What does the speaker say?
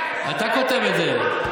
אתה כותב את זה.